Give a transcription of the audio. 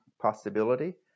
possibility